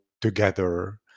together